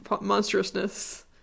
monstrousness